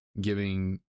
giving